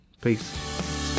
Peace